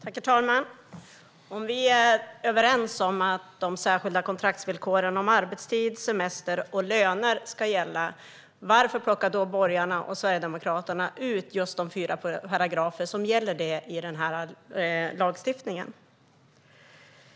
Herr talman! Om vi är överens om att de särskilda kontraktsvillkoren om arbetstid, semester och löner ska gälla, varför vill då borgarna och Sverigedemokraterna plocka ut just dessa fyra paragrafer i denna lagstiftning?